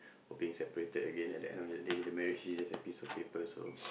or being separated again in the end of the day the marriage is just a piece of paper so